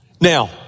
Now